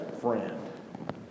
friend